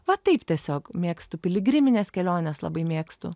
va taip tiesiog mėgstu piligrimines keliones labai mėgstu